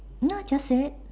ya just said